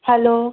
hello